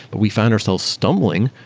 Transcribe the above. but we found ourselves stumbling,